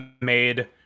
made